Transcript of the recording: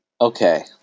Okay